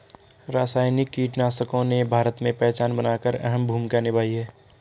रासायनिक कीटनाशकों ने भारत में पहचान बनाकर अहम भूमिका निभाई है